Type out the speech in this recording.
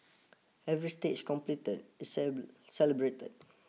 every stage completed is celebrated